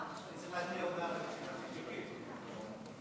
ההצעה להעביר את הצעת חוק לתיקון פקודת מיסי